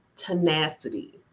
tenacity